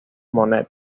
monet